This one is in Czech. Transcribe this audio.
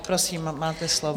Prosím, máte slovo.